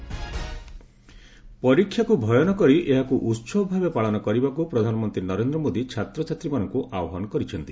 ପରୀକ୍ଷା ପେ ଚର୍ଚ୍ଚା ପରୀକ୍ଷାକ୍ର ଭୟ ନ କରି ଏହାକୁ ଉତ୍ସବ ଭାବେ ପାଳନ କରିବାକୁ ପ୍ରଧାନମନ୍ତ୍ରୀ ନରେନ୍ଦ୍ର ମୋଦି ଛାତ୍ରଛାତ୍ରୀମାନଙ୍କୁ ଆହ୍ୱାନ କରିଛନ୍ତି